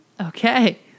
Okay